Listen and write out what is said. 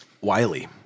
Wiley